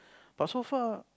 but so far